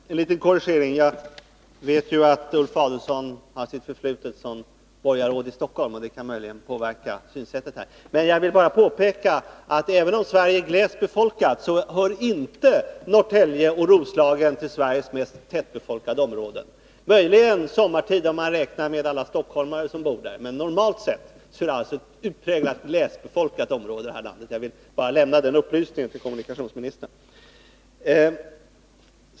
Herr talman! Först en liten korrigering. Jag vet ju att Ulf Adelsohn har ett förflutet som borgarråd i Stockholm, vilket möjligen kan påverka hans synsätt. Men jag vill påpeka, att även om Sverige är glest befolkat, hör inte Norrtälje och Roslagen till Sveriges mest tätbefolkade områden. Möjligen gäller detta sommartid, om man räknar med alla stockholmare som då bor där. Men normalt är det ett utpräglat glesbefolkat område. Jag vill bara lämna den upplysningen till kommunikationsministern.